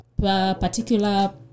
particular